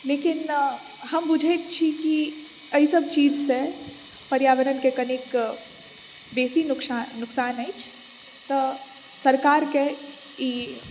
लेकिन हम बुझैत छी कि एहिसब चीजसँ पर्यावरणके कनेक बेसी नुकसा नुकसान अछि तऽ सरकारके ई